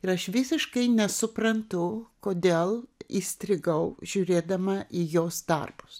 ir aš visiškai nesuprantu kodėl įstrigau žiūrėdama į jos darbus